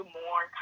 more